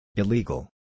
Illegal